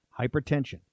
hypertension